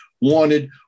Wanted